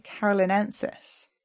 carolinensis